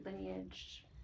lineage